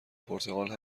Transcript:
پرتغال